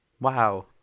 Wow